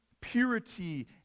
purity